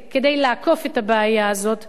כדי לעקוף את הבעיה הזאת,